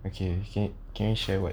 okay okay can you share [what]